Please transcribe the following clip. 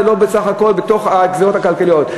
זה לא בסך כל הגזירות הכלכליות,